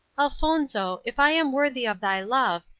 elfonzo, if i am worthy of thy love,